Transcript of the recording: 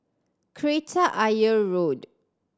Kreta Ayer Road